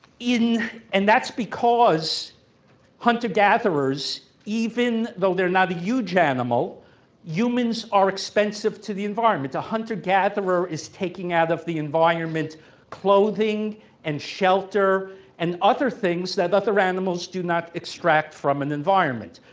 and that's because hunter-gatherers even though they're not a huge anima l humans are expensive to the environment. the hunter-gatherer is taking out of the environment clothing and shelter and other things that other animals do not extract from an environment,